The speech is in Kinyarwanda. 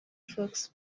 fox